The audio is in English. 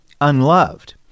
unloved